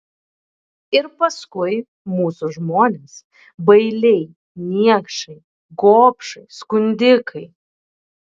ir paskui mūsų žmonės bailiai niekšai gobšai skundikai